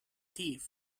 thief